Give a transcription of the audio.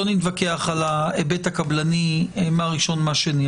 לא נתווכח על ההיבט הקבלני מה ראשון ומה שני.